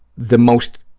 the most,